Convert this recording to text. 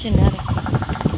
जोंनारो